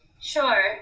Sure